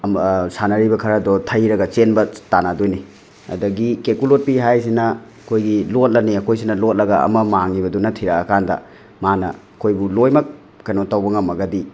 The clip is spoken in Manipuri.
ꯑꯃ ꯁꯥꯟꯅꯔꯤꯕ ꯈꯔꯗꯣ ꯊꯩꯔꯒ ꯆꯦꯟꯕ ꯇꯥꯟꯅꯗꯣꯏꯅꯤ ꯑꯗꯒꯤ ꯀꯦꯀꯨ ꯂꯣꯠꯄꯤ ꯍꯥꯏꯁꯤꯅ ꯑꯩꯈꯣꯏꯒꯤ ꯂꯣꯠꯂꯅꯤ ꯑꯩꯈꯣꯏꯁꯤꯅ ꯂꯣꯠꯂꯒ ꯑꯃ ꯃꯥꯡꯉꯤꯕꯗꯨꯅ ꯊꯤꯔꯛꯑꯀꯥꯟꯗ ꯃꯥꯅ ꯑꯩꯈꯣꯏꯕꯨ ꯂꯣꯏꯃꯛ ꯀꯩꯅꯣ ꯇꯧꯕ ꯉꯝꯃꯒꯗꯤ